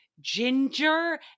ginger